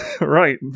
Right